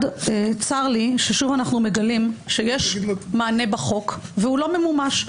צר לי שוב אנחנו מגלים שיש מענה בחוק והוא לא ממומש.